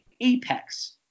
apex